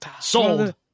sold